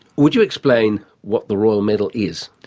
would you explain what the royal medal is?